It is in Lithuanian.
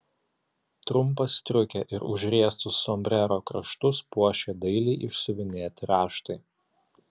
trumpą striukę ir užriestus sombrero kraštus puošė dailiai išsiuvinėti raštai